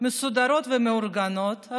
מסודרות ומאורגנות,